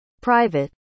private